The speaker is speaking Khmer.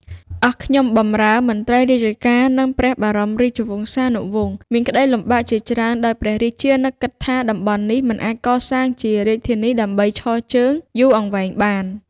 អស់ខ្ញុំបម្រើ មន្ត្រីរាជការ និង ព្រះបរមរាជវង្សានុវង្ស មានក្ដីលំបាកជាច្រើន ដោយព្រះរាជានឹកគិតថា តំបន់នេះមិនអាចកសាងជារាជធានីដើម្បីឈរជើងយូរអង្វែងបាន។